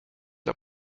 der